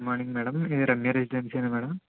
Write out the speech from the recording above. good morning madam ఇది రమ్య రెసిడెన్సీయేనా madam